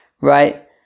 right